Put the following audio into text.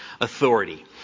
authority